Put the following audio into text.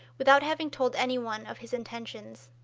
without having told anyone of his intentions.